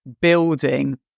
building